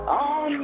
on